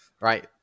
Right